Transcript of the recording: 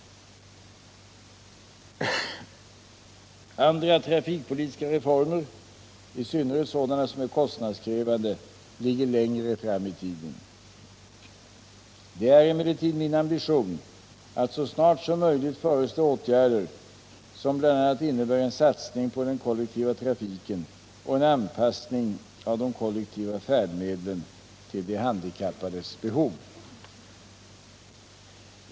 Andra trafikpolitiska reformer, i synnerhet sådana som är kostnadskrävande, ligger längre fram i tiden. Det är emellertid min ambition att så snart som möjligt föreslå åtgärder som bl.a. innebär en satsning på den kollektiva trafiken och en anpassning av de kollektiva färdmedlen till de handikappades behov.